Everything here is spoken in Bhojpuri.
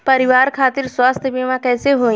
परिवार खातिर स्वास्थ्य बीमा कैसे होई?